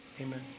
amen